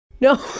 No